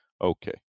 Okay